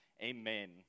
amen